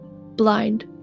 blind